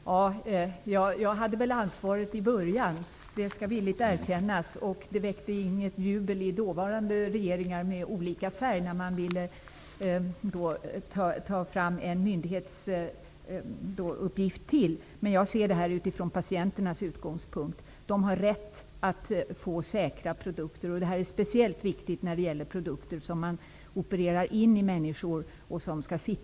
Herr talman! Jag hade väl ansvaret i början. Det skall jag villigt erkänna. Det väckte inte något jubel i dåvarande regeringar av olika färg när man ville ta fram en myndighetsuppgift till. Jag ser dock detta från patienternas utgångspunkt. De har rätt att få säkra produkter. Detta är speciellt viktigt när det gäller produkter som opereras in i människor för livslångt bruk.